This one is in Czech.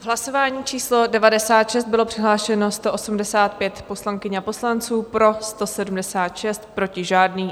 V hlasování číslo 96 bylo přihlášeno 185 poslankyň a poslanců, pro 176, proti žádný.